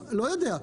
אני לא יודע,